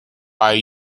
why